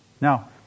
Now